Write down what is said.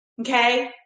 Okay